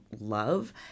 love